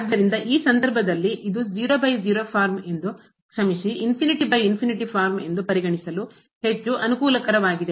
ಆದ್ದರಿಂದ ಈ ಸಂದರ್ಭದಲ್ಲಿ ಇದು 00 ಫಾರ್ಮ್ ಎಂದು ಕ್ಷಮಿಸಿ ಫಾರ್ಮ್ ಎಂದು ಪರಿಗಣಿಸಲು ಹೆಚ್ಚು ಅನುಕೂಲಕರವಾಗಿದೆ